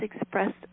expressed